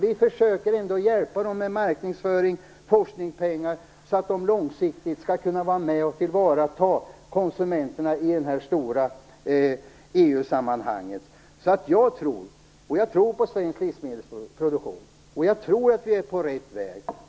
Vi försöker ändå hjälpa dem med pengar till marknadsföring och forskning, så att de i det stora EU sammanhanget långsiktigt skall kunna tillvarata konsumenternas intressen. Jag tror på svensk livsmedelsproduktion, och jag tror att vi är på rätt väg.